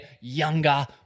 younger